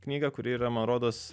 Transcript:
knygą kuri yra man rodos